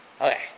Okay